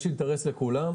יש אינטרס לכולם.